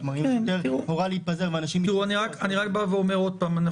אם שוטר הורה להתפזר ואנשים --- אני רק אומר עוד פעם,